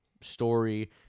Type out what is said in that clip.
story